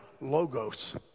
logos